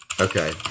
Okay